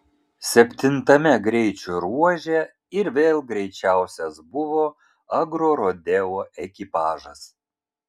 septintame greičio ruože ir vėl greičiausias buvo agrorodeo ekipažas